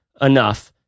enough